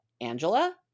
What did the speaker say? Angela